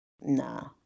nah